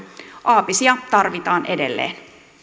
aapisia tarvitaan edelleen